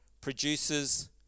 produces